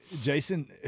jason